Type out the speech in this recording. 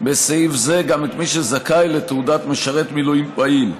בסעיף זה גם את מי שזכאי לתעודת משרת מילואים פעיל,